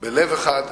בלב אחד.